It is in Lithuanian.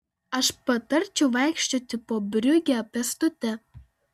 aš patarčiau vaikščioti po briugę pėstute